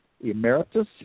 Emeritus